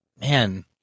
Man